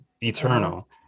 eternal